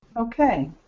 Okay